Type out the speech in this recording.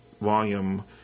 volume